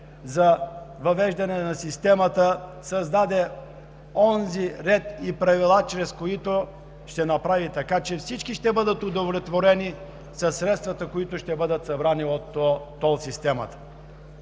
за въвеждане на системата, създаде онзи ред и правила, чрез които ще направи така, че всички ще бъдат удовлетворени със средствата, които ще бъдат събрани от тол системата“.